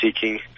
seeking